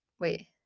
wait